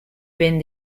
ben